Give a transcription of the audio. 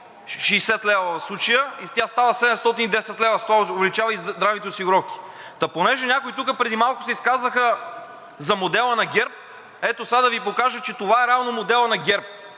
60 лв. в случая и тя става 710 лв., тоест увеличава и здравните осигуровки. Та понеже някои тук преди малко се изказаха за модела на ГЕРБ, ето сега да Ви покажа, че това е реално моделът на ГЕРБ.